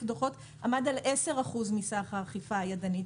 דוחות שעמדו על 10 אחוזים מסך האכיפה הידנית.